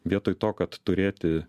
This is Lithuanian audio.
vietoj to kad turėti